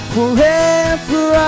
Forever